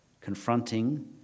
confronting